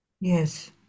Yes